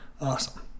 Awesome